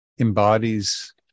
embodies